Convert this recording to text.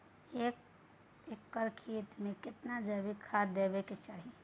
एक एकर खेत मे केतना जैविक खाद देबै के चाही?